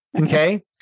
Okay